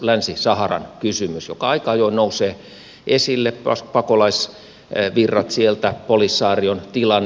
länsi saharan kysymys joka aika ajoin nousee esille pakolaisvirrat sieltä polisarion tilanne